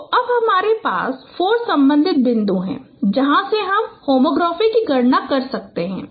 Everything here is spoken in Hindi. तो अब हमारे पास 4 संबंधित बिंदु हैं जहां से हम होमोग्राफी की गणना कर सकते हैं